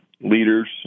leaders